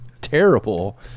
terrible